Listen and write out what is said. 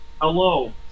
Hello